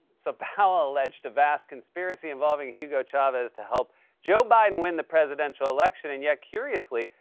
so powell alleged a vast conspiracy involving hugo chavez to help joe biden win the presidential election, and yet curiously,